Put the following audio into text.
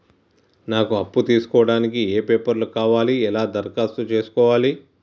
నాకు అప్పు తీసుకోవడానికి ఏ పేపర్లు కావాలి ఎలా దరఖాస్తు చేసుకోవాలి?